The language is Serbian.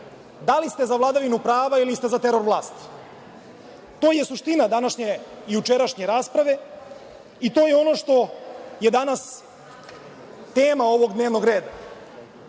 da li ste za vladavinu prava ili ste za teror vlasti. To je suština današnje i jučerašnje rasprave, i to je ono što je danas tema ovog dnevnog